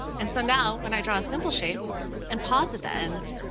and so now, when i draw a simple shape and pause at the end,